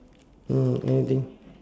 uh anything